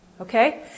okay